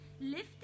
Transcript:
lift